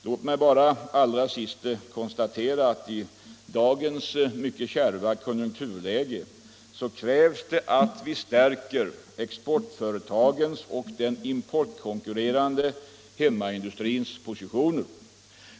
Låt mig bara allra sist konstatera att det i dagens mycket kärva konjunkturläge krävs att vi stärker exportföretagens och den importkonkurrerande hemmaindustrins positioner.